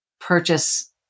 purchase